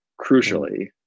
crucially